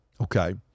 okay